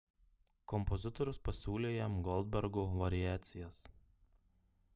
kompozitorius pasiūlė jam goldbergo variacijas